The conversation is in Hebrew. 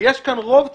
ויש כאן רוב ציבור.